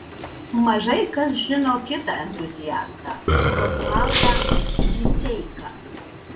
mažai kas žino kitą entuziastą romualdą miceiką